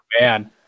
man